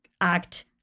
act